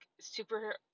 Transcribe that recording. super